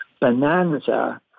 bonanza